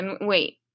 Wait